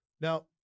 Now